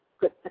good